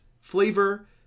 flavor